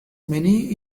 many